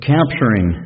Capturing